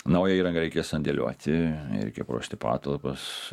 naują įrangą reikės sandėliuoti reikia paruošti patalpas